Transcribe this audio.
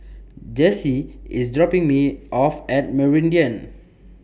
Jessie IS dropping Me off At Meridian